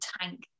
tank